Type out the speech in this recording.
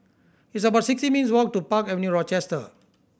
it's about sixty minutes' walk to Park Avenue Rochester